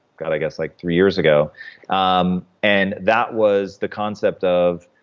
god, i guess like three years ago um and that was the concept of,